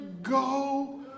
Go